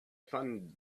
find